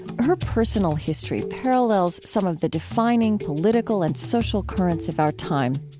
her personal history parallels some of the defining political and social currents of our time.